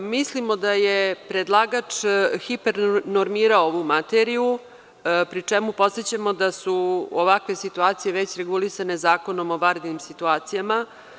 Mislimo da je predlagač hiper normirao ovu materiju, pri čemu podsećamo da su ovakve situacije već regulisane Zakonom o vanrednim situacijama.